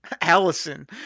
Allison